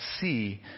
see